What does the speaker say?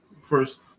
first